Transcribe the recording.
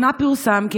השאילתה